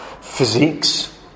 physiques